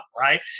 right